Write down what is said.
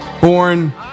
born